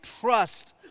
trust